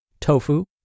tofu